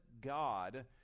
God